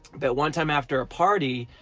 but one time after a party,